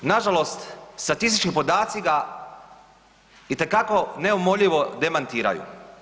Nažalost, statistički podaci ga itekako neumoljivo demantiraju.